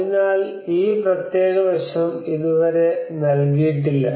അതിനാൽ ഈ പ്രത്യേക വശം ഇതുവരെ നൽകിയിട്ടില്ല